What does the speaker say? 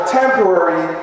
temporary